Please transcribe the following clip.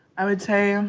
i would say um